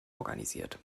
organisiert